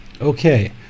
Okay